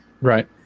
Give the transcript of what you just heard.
Right